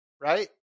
right